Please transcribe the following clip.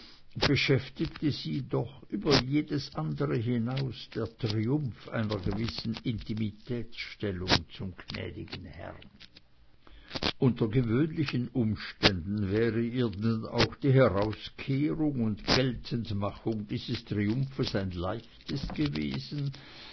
beschäftigte sie doch über jedes andere hinaus der triumph einer gewissen intimitätsstellung zum gnädigen herrn unter gewöhnlichen umständen wäre ihr denn auch die herauskehrung und geltendmachung dieses triumphes ein leichtes gewesen